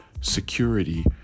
security